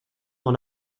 dans